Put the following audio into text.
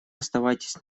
оставайтесь